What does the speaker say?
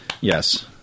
Yes